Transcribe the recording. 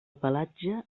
pelatge